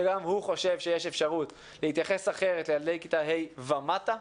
שגם הוא חושב שיש אפשרות להתייחס אחרת לילדי כיתה ה' ומטה,